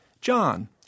John